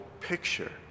picture